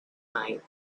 night